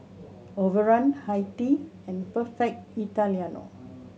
Overrun Hi Tea and Perfect Italiano